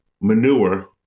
manure